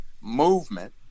movement